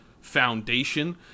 foundation